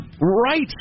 Right